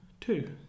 two